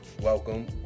welcome